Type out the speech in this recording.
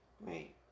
Right